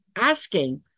asking